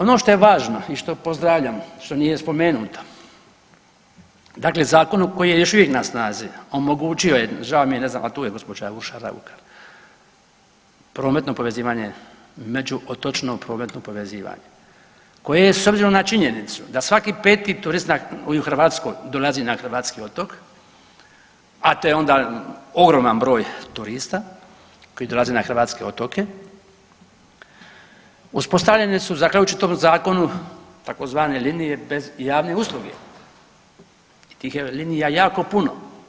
Ono što je važno i što pozdravljam, što nije spomenuto dakle zakon koji je još uvijek na snazi omogućio je, žao mi je, a tu je gospođa Urša Raukar, prometno povezivanje među otočno prometno povezivanje koje je s obzirom na činjenicu da svaki 5. turist u Hrvatskoj dolazi na hrvatski otok, a to je onda ogroman broj turista koji dolaze na hrvatske otoke uspostavljene su … [[Govornik se ne razumije]] u čitavom zakonu tzv. linije bez javne usluge i tih je linija jako puno.